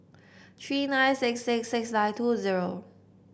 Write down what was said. three nine six six six nine two zero